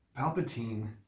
Palpatine